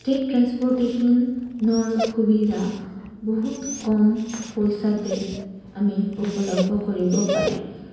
state ট্ৰেন্সপৰ্টেশ্যনৰ সুবিধা বহুত কম পইচাতে আমি উপলব্ধ কৰিব পাৰি